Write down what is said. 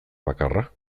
bakarra